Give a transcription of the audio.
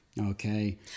Okay